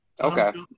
Okay